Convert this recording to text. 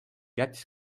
jättis